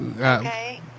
Okay